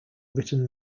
written